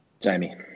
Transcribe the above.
Jamie